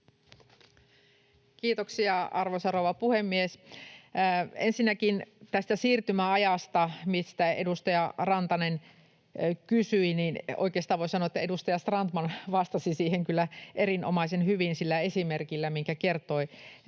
Kiitoksia, arvoisa rouva puhemies! Ensinnäkin tästä siirtymäajasta, mistä edustaja Rantanen kysyi: Oikeastaan voi sanoa, että edustaja Strandman vastasi siihen kyllä erinomaisen hyvin sillä esimerkillä, minkä hän kertoi